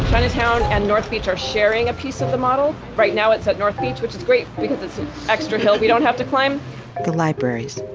chinatown and north are sharing a piece of the model. right now it's at north beach, which is great because it's an extra hill we don't have to climb the libraries.